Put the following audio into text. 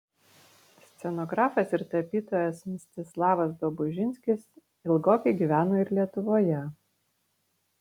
scenografas ir tapytojas mstislavas dobužinskis ilgokai gyveno ir lietuvoje